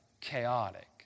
chaotic